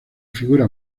figura